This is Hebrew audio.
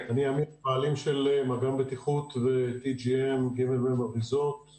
אני הבעלים של "מגם בטיחות" ו-"ג.מ אריזותTGM -".